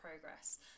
progress